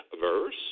verse